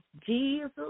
Jesus